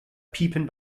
piepen